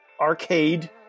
Arcade